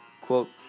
Quote